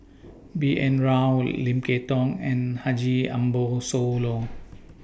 B N Rao Lim Kay Tong and Haji Ambo Sooloh